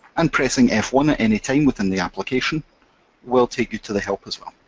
and pressing f one at any time within the application will take you to the help as well.